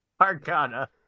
Arcana